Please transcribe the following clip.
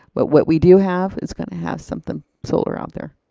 but what we do have is gonna have something solar out there.